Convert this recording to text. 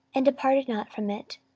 and departed not from it,